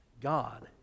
God